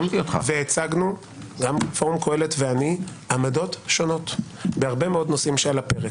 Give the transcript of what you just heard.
והצגנו גם פורום קהלת ואני עמדות שונות בהרבה מאוד נושאים שעל הפרק.